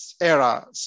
era